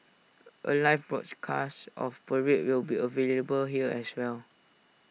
A live broadcast of parade will be available here as well